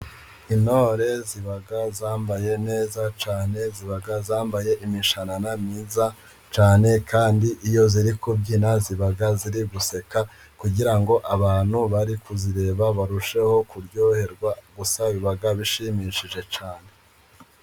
Intore ziba zambaye neza cyane, ziba zambaye imishanana myiza cyane kandi iyo ziri kubyina, ziba ziri guseka kugira ngo abantu bari kuzireba barusheho kuryoherwa, gusa biba bishimishije cyane.